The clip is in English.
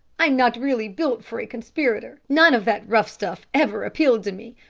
i'm not really built for a conspirator. none of that rough stuff ever appealed to me.